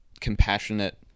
compassionate